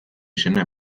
izena